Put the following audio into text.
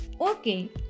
Okay